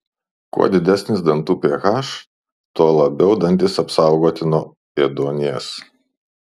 kuo didesnis dantų ph tuo labiau dantys apsaugoti nuo ėduonies